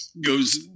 goes